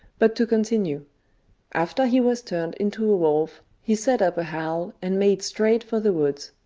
but to continue after he was turned into a wolf, he set up a howl and made straight for the woods.